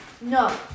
No